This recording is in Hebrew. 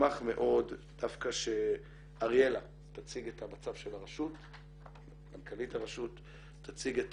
אשמח מאוד דווקא שאריאלה, מנכ"לית הרשות, תציג את